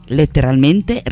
letteralmente